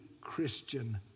Christian